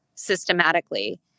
systematically